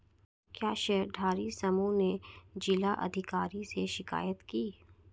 क्या शेयरधारी समूह ने जिला अधिकारी से शिकायत की?